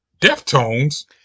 Deftones